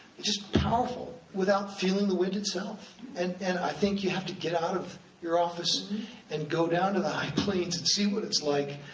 just powerful, without feeling the wind itself. and and i think you have to get out of your office and go down to the high plains and see what it's like,